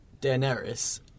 Daenerys